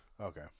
Okay